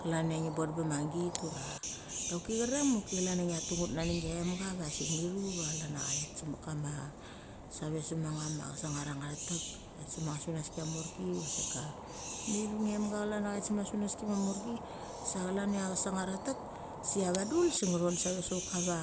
Klan cha ngi bondem bama git ura choki cherang ma chlan cha ngia tu nget nani ngmga va sik michu va chlan a cha thet semik kama save sevet chama shesanar acha the tek sema sunaski a morki se ka, mithu ngemga chlan a cha thet sema sunaski a morki sa chlan ia chesanar a the tek, se a va dul se ngthon seive sevet kama